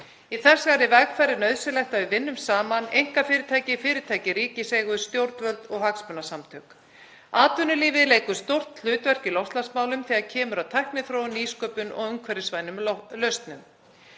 Í þessari vegferð er nauðsynlegt að við vinnum saman; einkafyrirtæki, fyrirtæki í ríkiseigu, stjórnvöld og hagsmunasamtök. Atvinnulífið leikur stórt hlutverk í loftslagsmálum þegar kemur að tækniþróun, nýsköpun og umhverfisvænum lausnum.